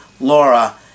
Laura